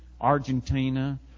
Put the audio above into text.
Argentina